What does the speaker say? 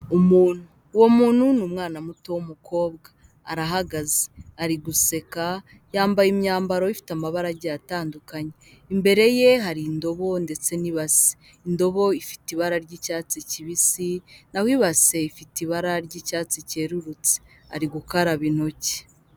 Umuntu, uwo muntu ni umwana muto w'umukobwa, arahagaze, ari guseka yambaye imyambaro ifite amabara agiye atandukanye, imbere ye hari indobo ndetse n'ibase, indobo ifite ibara ry'icyatsi kibisi naho ibase ifite ibara ry'icyatsi cyerurutse, ari gukaraba intoki.